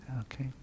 Okay